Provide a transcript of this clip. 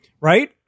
Right